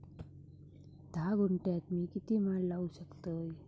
धा गुंठयात मी किती माड लावू शकतय?